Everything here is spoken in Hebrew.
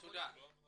תודה.